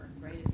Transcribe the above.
right